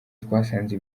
twasanze